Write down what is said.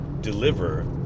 deliver